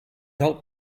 help